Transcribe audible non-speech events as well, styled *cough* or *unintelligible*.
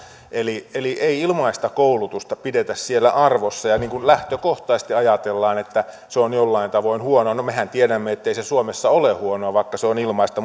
eli eli ei ilmaista koulutusta pidetä siellä arvossa ja lähtökohtaisesti ajatellaan että se on jollain tavoin huonoa mehän tiedämme ettei se suomessa ole huonoa vaikka se on ilmaista *unintelligible*